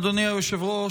אדוני היושב-ראש,